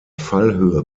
fallhöhe